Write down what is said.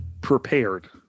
Prepared